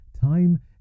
time